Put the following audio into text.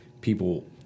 people